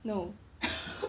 no